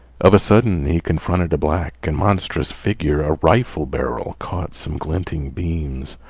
of a sudden he confronted a black and monstrous figure. a rifle barrel caught some glinting beams.